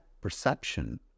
perception